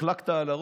החלקת על הראש?